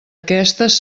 aquestes